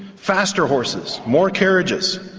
faster horses, more carriages,